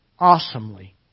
Awesomely